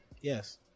Yes